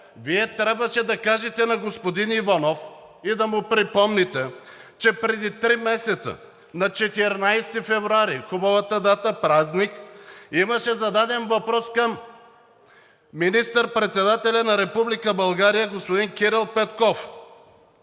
Вие трябваше да кажете на господин Иванов и да му припомните, че преди три месеца – на 14 февруари, хубава дата и празник, имаше зададен въпрос към министър-председателя на Република България – господин Кирил Петков: